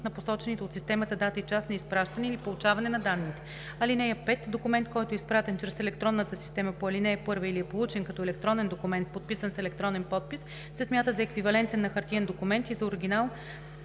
на посочените от системата дата и час на изпращане или получаване на данните. (5) Документ, който е изпратен чрез електронната система по ал. 1 или е получен като електронен документ, подписан с електронен подпис се смята за еквивалентен на хартиен документ и за оригинал,